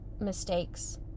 mistakes